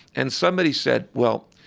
and somebody said, well,